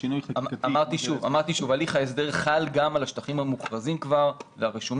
אמרתי שהליך ההסדר חל גם על השטחים המוכרזים כבר והרשומים.